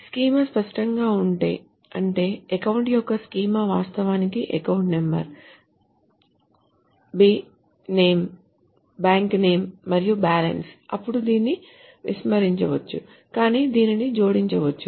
schema స్పష్టంగా ఉంటే అంటే అకౌంట్ యొక్క స్కీమా వాస్తవానికి ano bname మరియు balance అప్పుడు దీనిని విస్మరించవచ్చు కానీ దీనిని జోడించవచ్చు